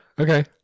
Okay